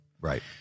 Right